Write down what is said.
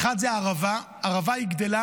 אחד זו ערבה, הערבה גדלה